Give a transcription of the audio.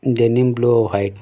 denim blue white